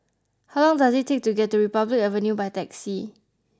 how long does it take to get to Republic Avenue by taxi